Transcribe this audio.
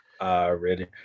already